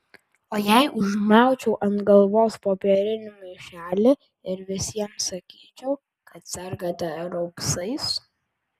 o jei užmaučiau ant galvos popierinį maišelį ir visiems sakyčiau kad sergate raupsais